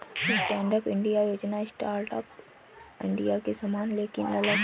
stand up India योजना startup India के समान लेकिन अलग है